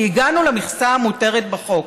כי הגענו למכסה המותרת בחוק.